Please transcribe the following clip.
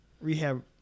Rehab